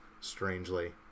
strangely